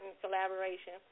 collaboration